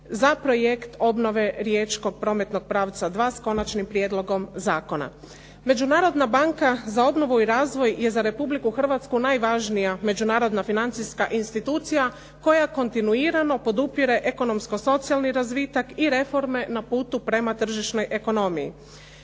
za Projekt obnove riječkog prometnog pravca 2 s konačnim prijedlogom zakona. Međunarodna banka za obnovu i razvoj je za Republiku Hrvatsku najvažnija međunarodna financijska institucija koja kontinuirano podupire ekonomsko-socijalni razvitak i reforme na putu prema tržišnoj ekonomiji.